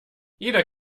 jeder